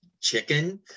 chicken